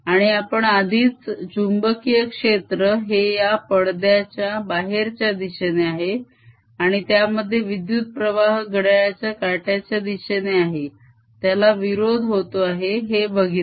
आणि आपण आधीच चुंबकीय क्षेत्र हे या पडद्याच्या बाहेरच्या दिशेने आहे आणि त्यामध्ये विद्युत्प्रवाह घड्याळाच्या काट्याच्या दिशेने आहे त्याला विरोध होतो आहे हे आपण बघितले